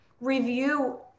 review